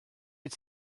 wyt